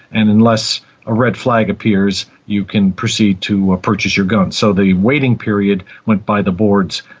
and unless a red flag appears you can proceed to purchase your gun. so the waiting period went by the boards,